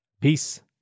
peace